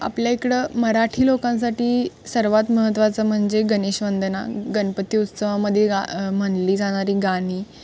आपल्या इकडं मराठी लोकांसाठी सर्वात महत्त्वाचं म्हणजे गणेशवंदना गणपती उत्सवामध्ये गा म्हणली जाणारी गाणी